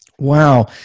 Wow